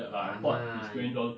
!hanna!